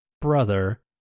brother